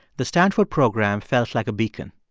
the stanford program felt like a beacon.